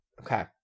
okay